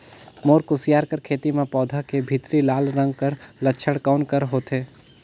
मोर कुसियार कर खेती म पौधा के भीतरी लाल रंग कर लक्षण कौन कर होथे?